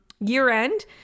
Year-end